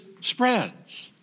spreads